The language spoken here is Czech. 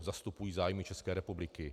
Zastupují zájmy České republiky.